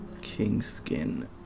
Kingskin